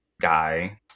guy